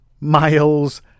miles